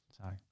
sorry